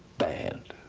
band,